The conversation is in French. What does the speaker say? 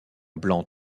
blanc